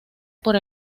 por